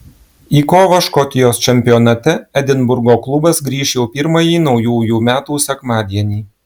į kovą škotijos čempionate edinburgo klubas grįš jau pirmąjį naujųjų metų sekmadienį